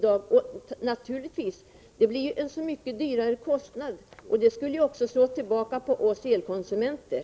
Och naturligtvis skulle det i så fall ske till en så mycket högre kostnad, och det skulle slå tillbaka också mot oss elkonsumenter.